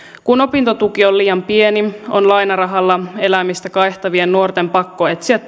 kun opintotuki on liian pieni on lainarahalla elämistä kaihtavien nuorten pakko etsiä